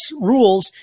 rules